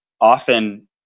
Often